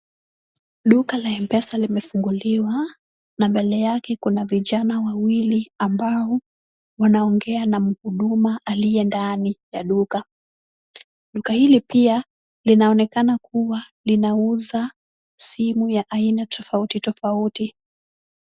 Duka la mpesa limefunguliwa na mbele yake kuna vijana wawili, ambao wanaongea na muhuduma aliye ndani ya duka. Duka hili pia linaonekana kuwa linauza simu ya aina tofauti tofauti.